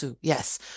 Yes